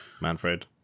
Manfred